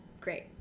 great